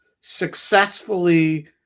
successfully